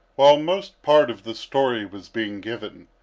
while most part of the story was being given,